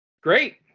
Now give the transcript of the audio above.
Great